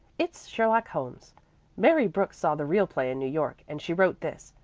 it's sherlock holmes mary brooks saw the real play in new york, and she wrote this,